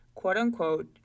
quote-unquote